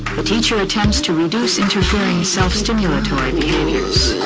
the teacher attempts to reduce interfering self-stimulatory behavior.